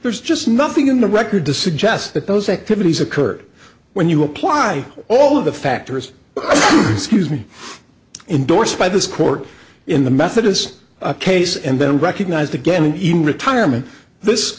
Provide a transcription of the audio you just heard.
there's just nothing in the record to suggest that those activities occurred when you apply all of the factors scuse me endorsed by this court in the methodist case and then recognized again and even retirement this